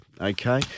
okay